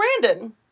Brandon